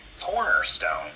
cornerstone